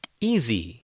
easy